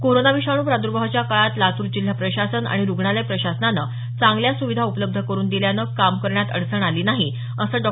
corona विषाणू प्रादुर्भावाच्या काळात लातूर जिल्हा प्रशासन आणि रुग्णालय प्रशासनानं चांगल्या सुविधा उपलब्ध करुन दिल्यानं काम करण्यात अडचण आली नाही असं डॉ